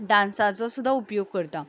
डांसाचो सुद्दां उपयोग करता